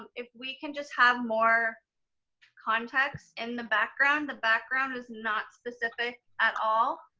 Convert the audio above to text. if we can just have more context in the background. the background is not specific at all.